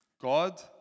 God